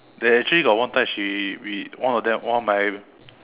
there actually got one time she re~ one of them one of my